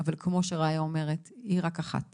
אבל, כמו שרעיה אומרת, היא רק אחת